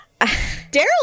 Daryl